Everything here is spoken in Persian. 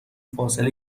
فاصله